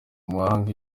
umuhanga